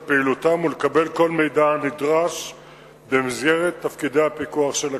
פעילותם ולקבל כל מידע הנדרש במסגרת תפקידי הפיקוח של הכנסת.